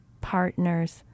partners